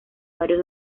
varios